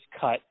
cut